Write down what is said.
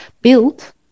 built